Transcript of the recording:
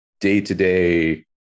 day-to-day